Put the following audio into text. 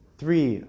three